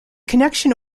connection